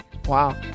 Wow